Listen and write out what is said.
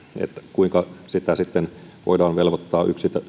kuinka sitten voidaan velvoittaa